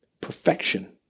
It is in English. Perfection